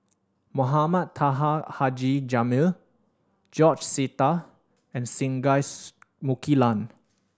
Mohamed Taha Haji Jamil George Sita and Singai Mukilan